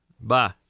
Bye